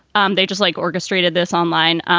um they just like orchestrated this online.